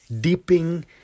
Dipping